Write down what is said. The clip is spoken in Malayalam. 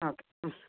ആ ഓക്കെ ഉം